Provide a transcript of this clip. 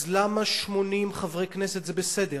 אז למה 80 חברי כנסת זה בסדר?